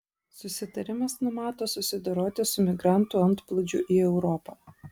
susitarimas numato susidoroti su migrantų antplūdžiu į europą